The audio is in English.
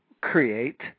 create